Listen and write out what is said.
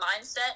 mindset